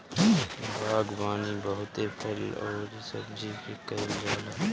बागवानी बहुते फल अउरी सब्जी के कईल जाला